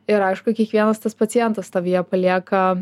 ir aišku kiekvienas tas pacientas tavyje palieka